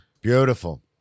Beautiful